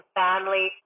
family